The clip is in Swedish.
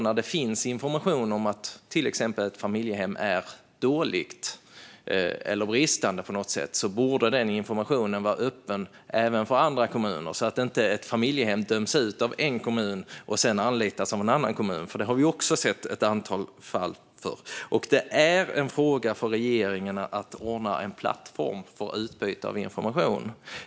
När det finns information om att till exempel ett familjehem är dåligt eller bristande på något sätt borde den informationen vara öppen även för andra kommuner, så att inte ett familjehem döms ut av en kommun och sedan anlitas av en annan kommun. Vi har sett ett antal sådana fall. Det är en fråga för regeringen att ordna en plattform för utbyte av information.